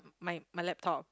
my my laptop